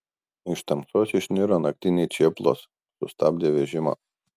iš tamsos išniro naktiniai čėplos sustabdė vežimą